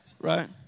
Right